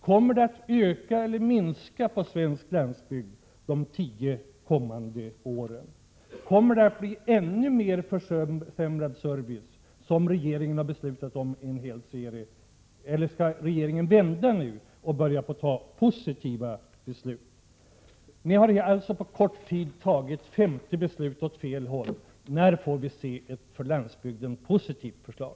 Kommer antalet människor att öka eller minska på svensk landsbygd de tio kommande åren? Kommer servicen att bli ännu mer försämrad, vilket regeringen har fattat en hel serie beslut om? Eller skall regeringen byta inriktning och i stället börja fatta positiva beslut? Regeringen har på kort tid fattat 50 beslut åt fel håll! När får vi se ett för landsbygden positivt förslag?